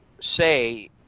say